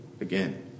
again